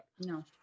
No